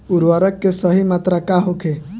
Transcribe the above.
उर्वरक के सही मात्रा का होखे?